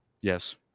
Yes